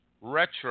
Retro